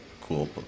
Cool